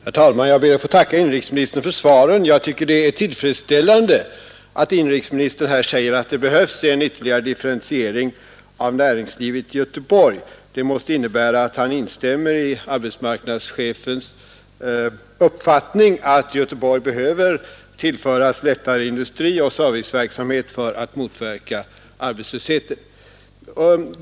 Herr talman! Jag ber att få tacka inrikesministern för svaret. Jag tycker det är tillfredsställande att inrikesministern säger att det behövs en ytterligare differentiering av näringslivet i Göteborg. Det måste innebära att han instämmer i arbetsmarknadsverkschefens uppfattning att Göteborg behöver tillföras lättare industri och serviceverksamhet för att motverka arbetslösheten.